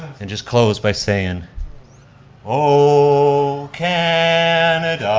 and just close by saying o canada